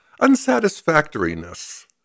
unsatisfactoriness